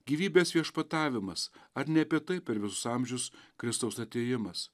gyvybės viešpatavimas ar ne apie tai per visus amžius kristaus atėjimas